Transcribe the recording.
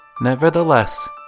Nevertheless